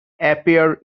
appear